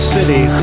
City